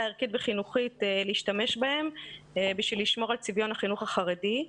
ערכית וחינוכית להשתמש בהם בשביל לשמור על צביון החינוך החרדי.